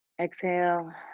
exhale.